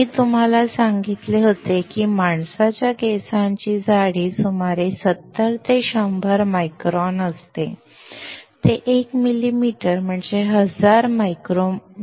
मी तुम्हाला सांगितले होते की एका माणसाच्या केसांची जाडी सुमारे 70 ते 100 मायक्रॉन असते 1 मिलिमीटर म्हणजे 1000 मायक्रॉन